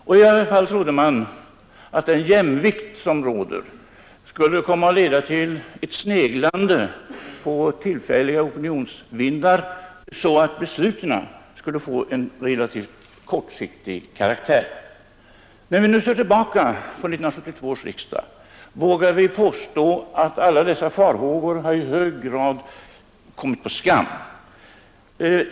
I varje fall trodde man att den jämvikt som råder skulle komma att leda till ett sneglande efter tillfälliga opinionsvindar, så att besluten skulle få en relativt kortsiktig karaktär. När vi nu ser tillbaka på 1972 års riksdag vågar vi påstå att alla dessa farhågor i hög grad kommit på skam.